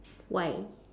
why